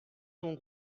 sont